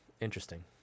Interesting